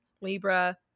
Libra